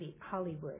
Hollywood